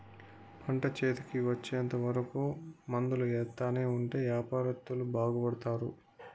పంట చేతికి వచ్చేంత వరకు మందులు ఎత్తానే ఉంటే యాపారత్తులు బాగుపడుతారు